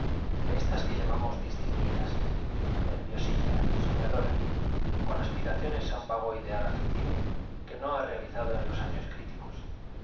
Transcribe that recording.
de estas que llamamos distinguidas nerviosilla soñadora con aspiraciones a un vago ideal afectivo que no ha realizado en los años críticos